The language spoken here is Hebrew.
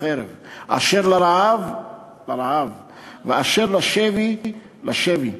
לחרב ואשר לרעב לרעב ואשר לשבי לשבי".